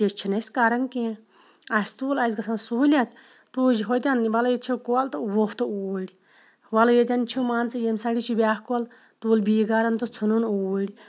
تہِ چھِنہٕ أسۍ کَران کینٛہہ اَسہِ تُل اَسہِ گَژھان سُہوٗلیَت تُج ہوٚتٮ۪ن وَلہَ یَتہِ چھِ کوٚل تہٕ وُوٚتھ اوٗر وَلہٕ ییٚتٮ۪ن چھِ مان ژٕ یمہِ سایڈِ چھِ مان ژٕ بیاکھ کوٚل تُل بیٚیہِ گَرَن تہٕ ژھُنُن اوٗر